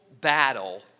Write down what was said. battle